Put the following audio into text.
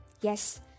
Yes